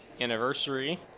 anniversary